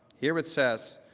here it says,